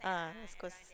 ah West-Coast